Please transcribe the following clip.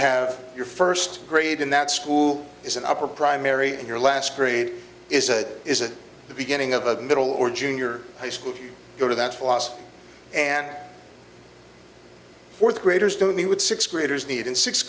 have your first grade in that school is an upper primary and your last grade is a is it the beginning of a middle or junior high school to go to that philosophy and fourth graders to me would sixth graders need in sixth